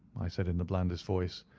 i said, in the blandest voice,